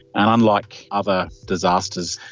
and unlike other disasters,